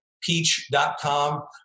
peach.com